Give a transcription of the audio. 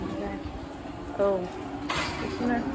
जायाख औ बेखौनो